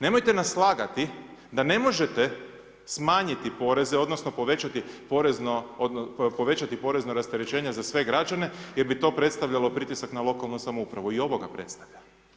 Nemojte nas lagati da ne možete smanjiti poreze odnosno povećati porezno rasterećenje za sve građane jer bi to predstavljalo pritisak na lokalnu samoupravu, i ovo ga predstavlja.